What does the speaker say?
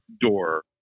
door